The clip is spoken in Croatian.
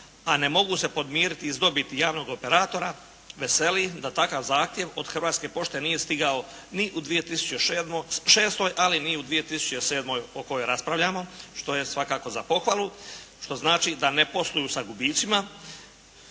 a ne mogu se podmiriti iz dobiti javnog operatora, veseli da takav zahtjev od Hrvatske pošte nije stigao ni u 2006., ali ni u 2007. o kojoj raspravljamo, što je svakako za pohvalu, što znači da ne posluju sa gubicima